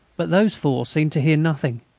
but those four seemed to hear nothing.